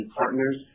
partners